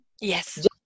Yes